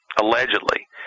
allegedly